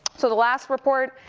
so the last report.